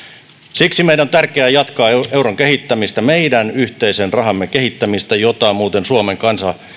siksi meidän on tärkeä jatkaa euron kehittämistä meidän yhteisen rahamme kehittämistä jota muuten suomen kansa